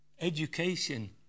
Education